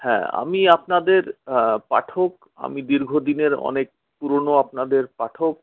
হ্যাঁ আমি আপনাদের পাঠক আমি দীর্ঘদিনের অনেক পুরনো আপনাদের পাঠক